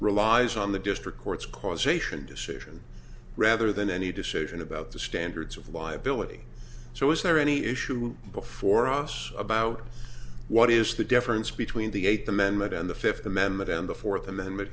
relies on the district court's causation decision rather than any decision about the standards of liability so is there any issue before us about what is the difference between the eighth amendment and the fifth amendment and the fourth amendment